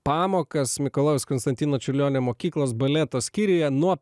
pamokas mikalojaus konstantino čiurlionio mokyklos baleto skyriuje nuo